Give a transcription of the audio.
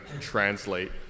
translate